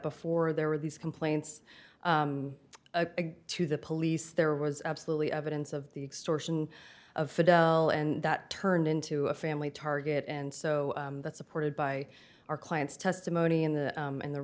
before there were these complaints a to the police there was absolutely evidence of the extortion of fidel and that turned into a family target and so that's supported by our clients testimony in the in the